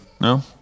no